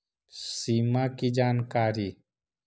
सिमा कि जानकारी?